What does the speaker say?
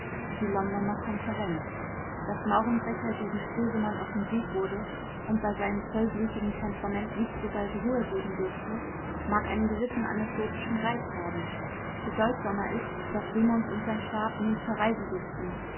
die londoner konferenz daß maurenbrecher gegen stresemann offensiv wurde und bei seinem vollblütigen temperament nicht so bald ruhe geben dürfte mag einen gewissen anekdotischen reiz haben bedeutsamer ist daß simons und sein stab nun zur reise rüsten